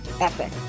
epic